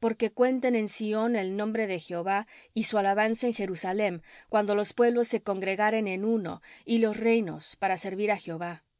porque cuenten en sión el nombre de jehová y su alabanza en jerusalem cuando los pueblos se congregaren en uno y los reinos para servir á jehová el